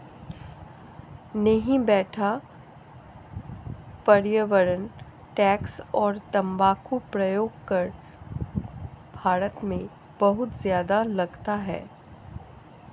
नहीं बेटा पर्यावरण टैक्स और तंबाकू प्रयोग कर भारत में बहुत ज्यादा लगता है